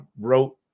wrote